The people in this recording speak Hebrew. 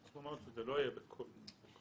צריך לומר שזה לא יהיה בכל מקרה.